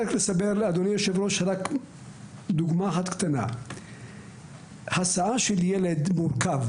אדוני היו"ר, דוגמה אחת קטנה - הסעה של ילד מורכב,